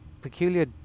peculiar